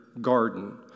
garden